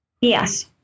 Yes